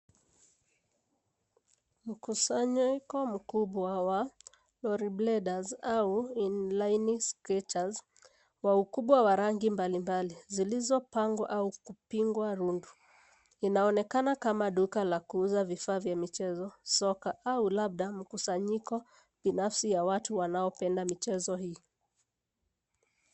Mkusanyiko mkubwa wa[ oriblinders ]au [in lines skaters ] wa ukubwa wa rangi mbalimbali zilizopangwa au kupingwa rundu, inaonekana kama duka la kuuza vifaa vya michezo soka au labda mkusanyiko binafsi ya watu wanaopenda michezo hii.